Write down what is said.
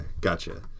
gotcha